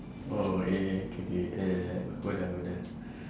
oh K K K K right right oda oda